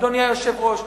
אדוני היושב-ראש,